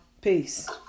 Peace